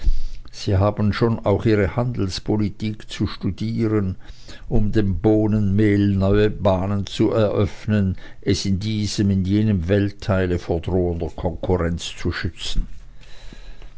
sie haben schon auch ihre handelspolitik zu studieren um dem bohnenmehl neue bahnen zu eröffnen es in diesem in jenem weltteile vor drohender konkurrenz zu schützen